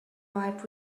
arrived